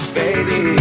baby